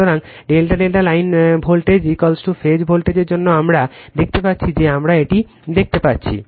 সুতরাং ∆∆ line voltage phase ভোল্টেজের জন্য আমরা দেখতে পাচ্ছি যে আমরা এটি দেখতে পাচ্ছি